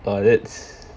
well that's